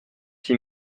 six